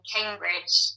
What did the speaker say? Cambridge